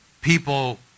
people